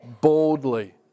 boldly